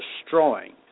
destroying